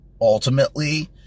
ultimately